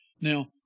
Now